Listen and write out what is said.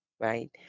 Right